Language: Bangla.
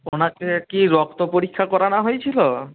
ওনাকে কি রক্ত পরীক্ষা করানো হয়েছিল